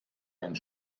einen